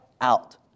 out